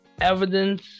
evidence